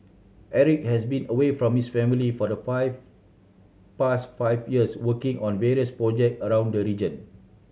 Eric has been away from his family for the five past five years working on various project around the region